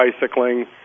bicycling